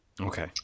Okay